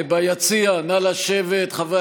ביציע, נא לשבת, חברי